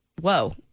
Whoa